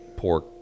Pork